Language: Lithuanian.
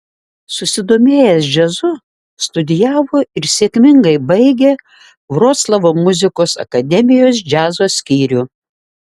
susidomėjęs džiazu studijavo ir sėkmingai baigė vroclavo muzikos akademijos džiazo skyrių